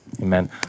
amen